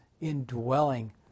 indwelling